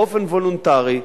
באופן וולונטרי,